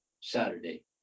Saturday